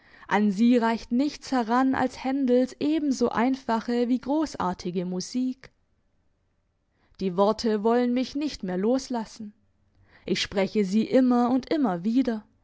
an sie reicht nichts heran als händels ebenso einfache wie grossartige musik die worte wollen mich nicht mehr loslassen ich spreche sie immer und immer wieder